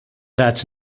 that